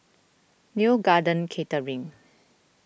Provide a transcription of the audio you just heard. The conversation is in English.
Neo Garden Catering